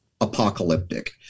apocalyptic